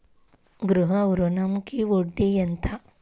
గృహ ఋణంకి వడ్డీ ఎంత?